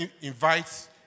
invites